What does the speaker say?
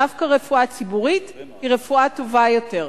דווקא רפואה ציבורית היא רפואה טובה יותר.